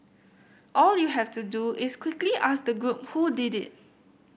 all you have to do is quickly ask the group who did it